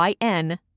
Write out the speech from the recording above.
YN